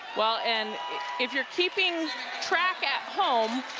well, and if you're keeping track at home,